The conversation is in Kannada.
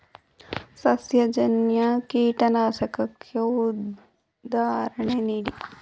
ಸಸ್ಯಜನ್ಯ ಕೀಟನಾಶಕಕ್ಕೆ ಉದಾಹರಣೆ ನೀಡಿ?